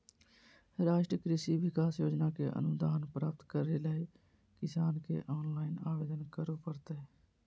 राष्ट्रीय कृषि विकास योजना के अनुदान प्राप्त करैले किसान के ऑनलाइन आवेदन करो परतय